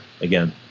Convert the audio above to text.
again